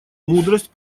мудрость